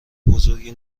بزرگی